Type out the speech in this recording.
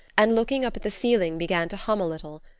and looking up at the ceiling began to hum a little,